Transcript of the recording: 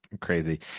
crazy